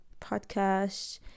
podcast